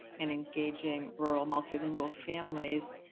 and engaging rural multilingual families.